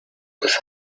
with